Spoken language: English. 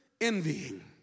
envying